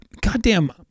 goddamn